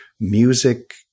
music